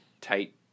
tight